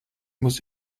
muss